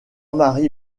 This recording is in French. marie